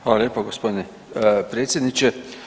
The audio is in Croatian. Hvala lijepo gospodine predsjedniče.